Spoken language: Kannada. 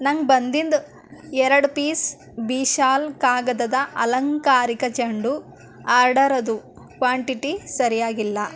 ನಂಗೆ ಬಂದಿದ್ದು ಎರಡು ಪೀಸ್ ಭೀ ಶಾಲು ಕಾಗದದ ಅಲಂಕಾರಿಕ ಚೆಂಡು ಆರ್ಡರ್ದು ಕ್ವಾಂಟಿಟಿ ಸರಿಯಾಗಿಲ್ಲ